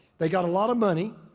they got a lot of money.